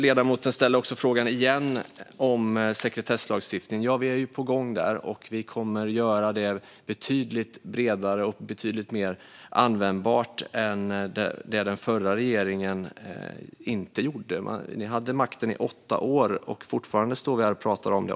Ledamoten ställde åter frågan om sekretesslagstiftning. Vi är på gång att göra den både bredare och betydligt mer användbar, till skillnad från den förra regeringen. Ni hade makten i åtta år men står fortfarande här och pratar om det.